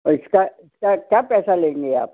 और इसका क्या क्या पैसा लेंगे आप